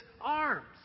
arms